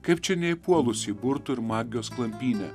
kaip čia neįpuolus į burtų ir magijos klampynę